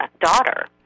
daughter